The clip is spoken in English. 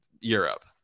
Europe